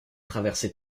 traversé